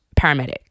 paramedic